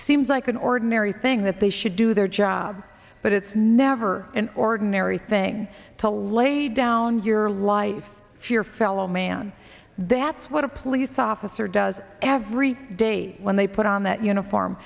seems like an ordinary thing that they should do their job but it's never an ordinary thing to lay down your life for your fellow man that's what a police officer does every day when they put on that uniform